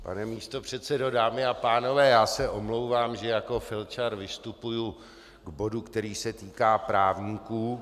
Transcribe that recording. Pane místopředsedo, dámy a pánové, já se omlouvám, že jako felčar vystupuji k bodu, který se týká právníků.